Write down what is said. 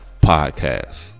Podcast